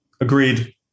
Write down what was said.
agreed